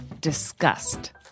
disgust